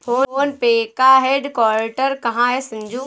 Phone पे का headquarter कहां है संजू?